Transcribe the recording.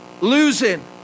losing